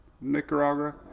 Nicaragua